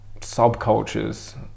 subcultures